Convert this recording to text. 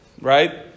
right